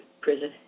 prison